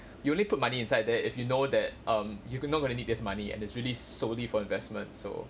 you only put money inside there if you know that um you gon~ not gonna need this money and there's really solely for investment so